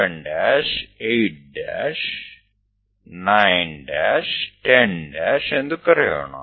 ચાલો તે બીજા પગલાં તરફ નજર કરીએ